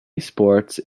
sports